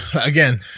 again